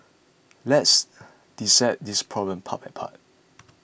let's dissect this problem part by part